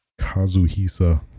Kazuhisa